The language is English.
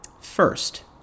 First